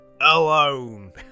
alone